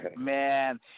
man